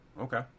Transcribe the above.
okay